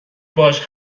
باهاش